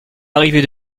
arriver